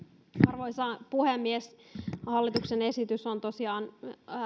arvoisa puhemies hallituksen esitys on tosiaan